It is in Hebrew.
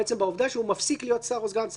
בעובדה שהוא מפסיק להיות שר או סגן שר,